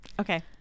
Okay